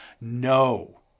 No